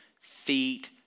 feet